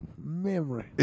memory